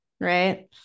right